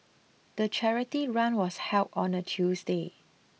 the charity run was held on a Tuesday